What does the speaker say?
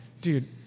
Dude